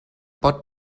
pot